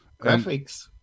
graphics